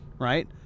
right